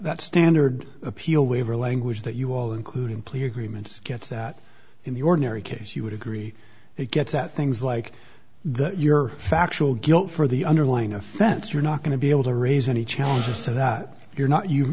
standard appeal waiver language that you all including plea agreement gets that in the ordinary case you would agree it gets out things like that your factual guilt for the underlying offense you're not going to be able to raise any challenges to that you're not